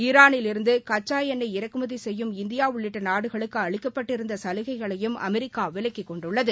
ஈராளில் இருந்து கச்சா எண்ணெய் இறக்குமதி செய்யும் இந்தியா உள்ளிட்ட நாடுகளுக்கு அளிக்கப்பட்டிருந்த சலுகைகளையும் அமெரிக்கா விலக்கிக் கொண்டுள்ளது